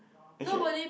actually